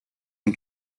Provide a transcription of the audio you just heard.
اون